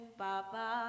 baba